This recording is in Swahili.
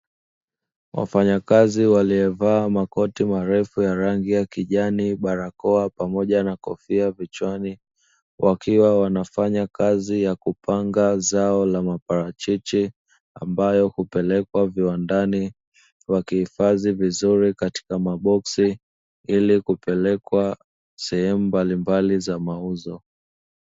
Wafanyakazi walievaa makoti marefu ya rangi ya kijani barakoa pamoja na kofia vichwani, wakiwa wanafanya kazi ya kupanga zao la maparachichi ambayo hupelekwa viwandani wakihifadhi vizuri katika maboksi ili kupelekwa sehemu mbalimbali za mauzo.